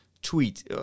Tweet